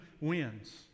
wins